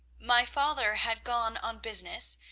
my father had gone on business,